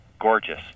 gorgeous